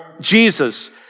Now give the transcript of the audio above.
Jesus